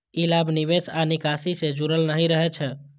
ई लाभ निवेश आ निकासी सं जुड़ल नहि रहै छै